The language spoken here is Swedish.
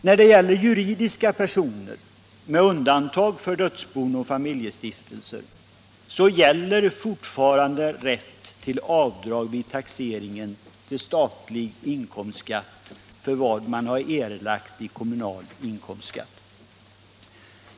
När det gäller juridiska personer, med undantag för dödsbon och familjestiftelser, gäller fortfarande rätt till avdrag vid taxeringen till statlig inkomstskatt för vad man erlagt i kommunal inkomstskatt.